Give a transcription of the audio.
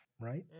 right